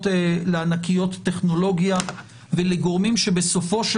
לענקיות טכנולוגיה ולגורמים שבסופו של